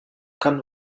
kann